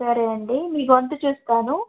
సరే అండి మీ గొంతు చూస్తాను